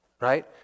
Right